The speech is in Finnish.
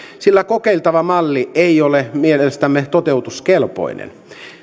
sillä kokeiltava malli ei ole mielestämme toteutuskelpoinen